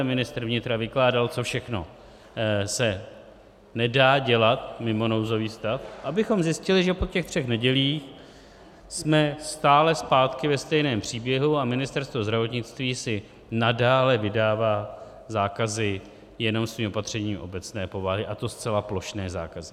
Ministr vnitra vykládal, co všechno se nedá dělat mimo nouzový stav, abychom zjistili, že po těch třech nedělích jsme stále zpátky ve stejném příběhu a Ministerstvo zdravotnictví si nadále vydává zákazy jenom svým opatřením obecné povahy, a to zcela plošné zákazy.